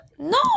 No